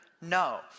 No